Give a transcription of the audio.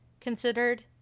considered